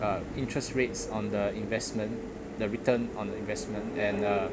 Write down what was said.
uh interest rates on the investment the return on the investment and uh